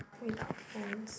without phones